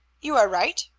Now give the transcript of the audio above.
you are right,